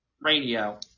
Radio